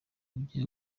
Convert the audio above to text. ugiye